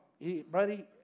buddy